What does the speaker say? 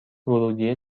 ورودیه